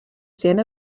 stand